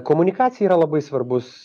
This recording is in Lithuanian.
komunikacija yra labai svarbus